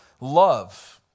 love